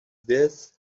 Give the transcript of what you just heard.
death